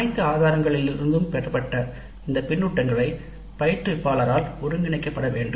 அனைத்து ஆதாரங்களிலிருந்தும் பெறப்பட்ட இந்த பின்னூட்டங்களை பயிற்றுவிப்பாளரால் ஒருங்கிணைக்க வேண்டும்